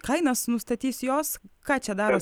kainas nustatys jos ką čia daro